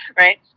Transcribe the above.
right?